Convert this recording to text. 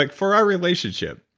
like for our relationship,